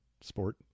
sport